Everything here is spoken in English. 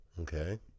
Okay